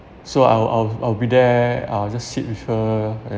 so I'll I'll I'll be there I'll just sit with her